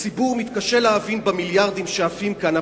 הציבור מתקשה להבין במיליארדים שעפים כאן,